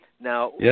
Now